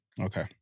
Okay